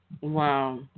Wow